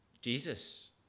Jesus